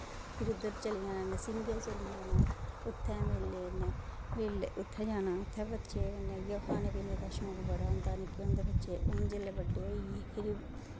फिर उध्दर चली जाना नरसिंगैं चली जाना उत्थै मेले न उत्थै जाना उत्थै बच्चें कन्नै इयै खाने पीने दा शौंक बड़ा होंदा निक्के होंदे बच्चे हून जिसलै बच्चे होइये फिर